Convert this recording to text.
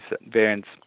variants